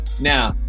Now